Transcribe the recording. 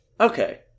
okay